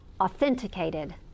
authenticated